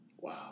Wow